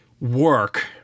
work